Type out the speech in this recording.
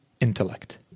intellect